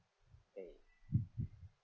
eh